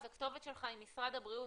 הכתובת שלך היא משרד הבריאות.